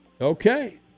Okay